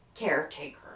caretaker